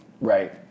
Right